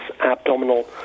abdominal